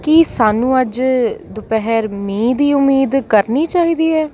ਕੀ ਸਾਨੂੰ ਅੱਜ ਦੁਪਹਿਰ ਮੀਂਹ ਦੀ ਉਮੀਦ ਕਰਨੀ ਚਾਹੀਦੀ ਹੈ